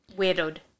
widowed